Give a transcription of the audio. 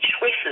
choices